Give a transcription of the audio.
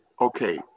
Okay